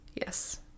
Yes